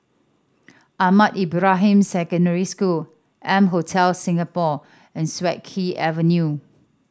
Ahmad Ibrahim Secondary School M Hotel Singapore and Siak Kew Avenue